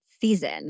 season